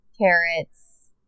carrots